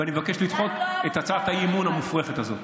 ואני מבקש לדחות את הצעת האי-אמון המופרכת הזאת.